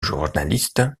journaliste